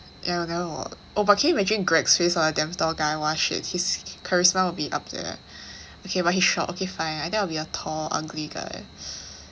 yeah it will never work oh but can you imagine greg's face on a damn tall guy !wah! shit his charisma will be up there okay but he's short okay fine I think I will be a tall ugly guy